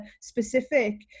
specific